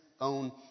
own